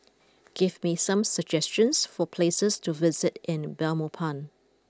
give me some suggestions for places to visit in Belmopan